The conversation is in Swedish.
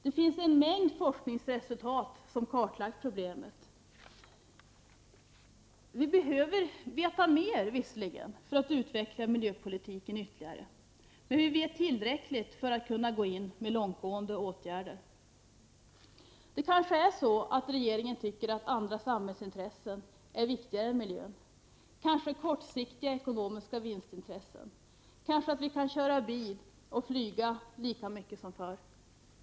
Det finns en mängd forskningsresultat där problemen är kartlagda. Vibehöver visserligen veta mer för att utveckla miljöpolitiken ytterligare, men vi vet tillräckligt för att kunna gå in med långtgående åtgärder. Regeringen kanske tycker att andra samhällsintressen är viktigare än miljön. Är kanske kortsiktiga ekonomiska vinstintressen viktigare? Är kanske intresset av att kunna köra bil och flyga lika mycket som förr viktigare?